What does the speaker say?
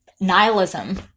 nihilism